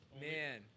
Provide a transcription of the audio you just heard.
Man